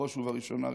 בראש ובראשונה,